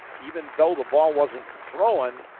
even though the ball wasn't thrown,